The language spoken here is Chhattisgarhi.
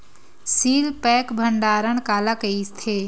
सील पैक भंडारण काला कइथे?